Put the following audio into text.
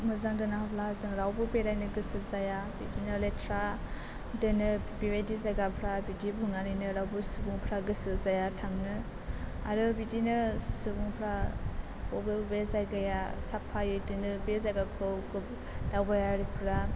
मोजां दोनाब्ला जों रावबो बेरायनो गोसो जाया बिदिनो लेथ्रा दोनो बेबादि जायगाफ्रा बिदि बुंनानै रावबो सुबुंफ्रा गोसो जाया थांनो आरो बिदिनो सुबुंफ्रा बबे बबे जायगाया साफायै दोनो बे जायगाखौ दावबायारिफ्रा